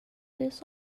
this